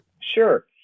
Sure